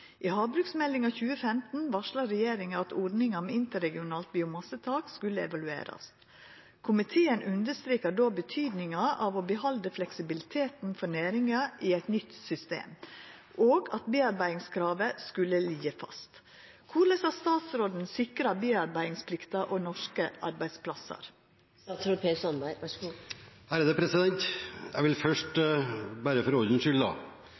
I havbruksmeldinga 2015 varsla regjeringa at ordninga med interregionalt biomassetak skulle evaluerast. Komiteen understreka då betydninga av å behalde fleksibiliteten for næringa i eit nytt system, og at bearbeidingskravet skulle ligge fast. Korleis har statsråden sikra bearbeidingsplikta og norske arbeidsplassar?» Jeg vil først, bare for ordens skyld, påpeke at det